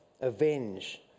avenge